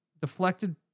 deflected